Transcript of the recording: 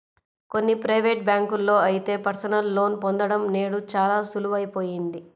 కొన్ని ప్రైవేటు బ్యాంకుల్లో అయితే పర్సనల్ లోన్ పొందడం నేడు చాలా సులువయిపోయింది